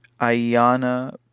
Ayana